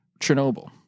Chernobyl